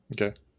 Okay